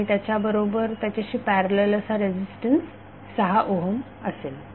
आणि त्याबरोबर त्याच्याशी पॅरलल असा रेझिस्टन्स 6 ओहम असेल